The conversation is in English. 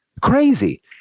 crazy